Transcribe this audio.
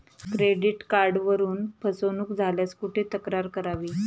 Credit कार्डवरून फसवणूक झाल्यास कुठे तक्रार करावी?